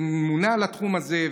שממונה על התחום הזה,